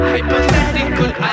Hypothetical